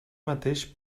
mateix